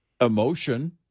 emotion